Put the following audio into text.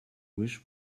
wish